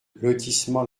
lotissement